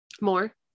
more